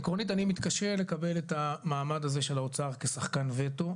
עקרונית אני מתקשה לקבל את המעמד הזה של האוצר כשחקן וטו,